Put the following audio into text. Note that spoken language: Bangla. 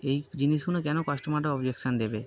এই জিনিসগুলো কেন কাস্টমারটা অবজেকশান দেবে